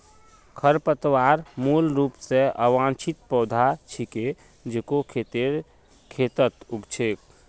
खरपतवार मूल रूप स अवांछित पौधा छिके जेको खेतेर खेतत उग छेक